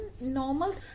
normal